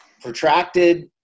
protracted